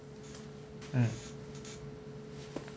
mm